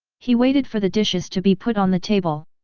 he waited for the dishes to be put on the table.